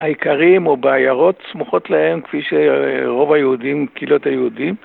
העיקרים או בעיירות סמוכות להם כפי שרוב היהודים, קהילות היהודים